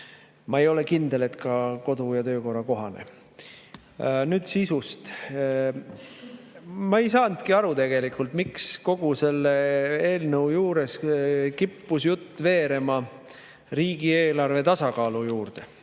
ma ei ole kindel, et see oli kodu- ja töökorra kohane. Nüüd sisust. Ma ei saanudki tegelikult aru, miks kogu selle eelnõu juures kippus jutt veerema riigieelarve tasakaalu juurde.